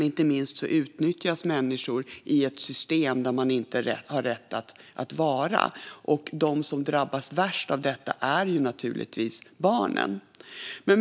Inte minst utnyttjas människor i ett system där de inte har rätt att vara, och de som drabbas värst är givetvis barnen.